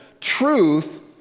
truth